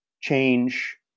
change